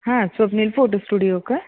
हां Swapnil photo studio का